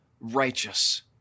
righteous